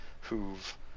who've